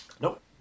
Nope